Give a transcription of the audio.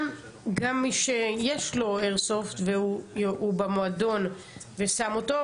וגם מי שיש לו איירסופט והוא במועדון ושם אותו,